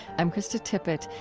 i'm krista tippett.